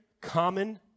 common